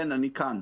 אני כאן,